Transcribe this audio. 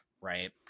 Right